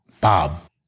Bob